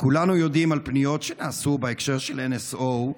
כולנו יודעים על פניות שנעשו בהקשר של NSO,